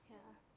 ya